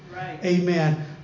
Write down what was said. Amen